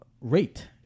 rate